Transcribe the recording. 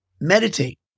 meditate